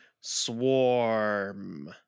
Swarm